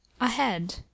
Ahead